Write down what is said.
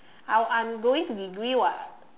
I'll I'm going to degree [what]